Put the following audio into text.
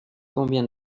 combien